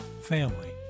family